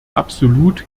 absolut